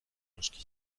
noski